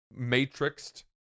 matrixed